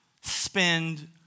spend